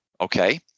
Okay